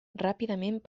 ràpidament